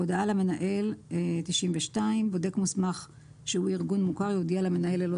92.הודעה למנהל בודק מוסמך שהוא ארגון מוכר יודיע למנהל ללא